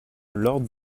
l’ordre